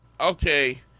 okay